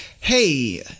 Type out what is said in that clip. Hey